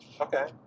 Okay